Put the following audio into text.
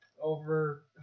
over